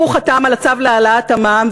הוא חתם על הצו להעלאת המע"מ,